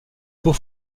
beau